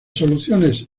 soluciones